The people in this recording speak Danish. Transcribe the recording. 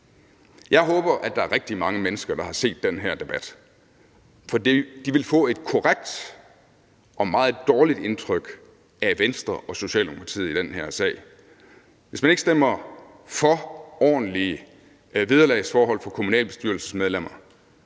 Jeg håber, at der er rigtig mange mennesker, der har set den her debat, for de vil få et korrekt og meget dårligt indtryk af Venstre og Socialdemokratiet i den her sag. Hvis man ikke stemmer for ordentlige vederlagsforhold for kommunalbestyrelsesmedlemmer,